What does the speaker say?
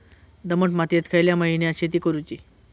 दमट मातयेत खयल्या महिन्यात शेती करुची?